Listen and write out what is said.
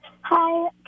Hi